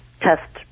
test